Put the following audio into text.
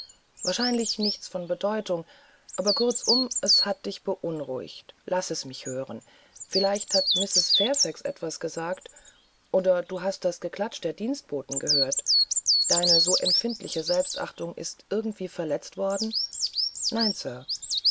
wahrscheinlich nichts von bedeutung aber kurzum es hat dich beunruhigt laß mich es hören vielleicht hat mrs fairfax etwas gesagt oder du hast das geklatsch der dienstboten überhört deine so empfindliche selbstachtung ist irgendwie verletzt worden nein sir